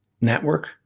network